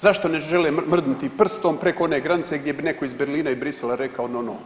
Zašto ne žele mrdnuti prstom preko one granice gdje bi netko iz Berlina i Bruxellesa rekao no, no?